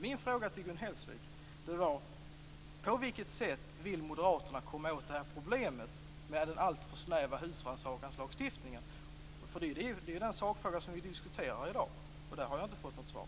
Min fråga till Gun Hellsvik var: På vilket sätt vill moderaterna komma åt problemen med den alltför snäva husrannsakanslagstiftningen? Det är den sakfråga som vi diskuterar i dag. Där har jag inte fått något svar.